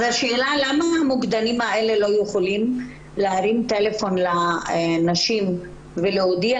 למה המוקדנים האלה לא יכולים להרים טלפון לנשים ולהודיע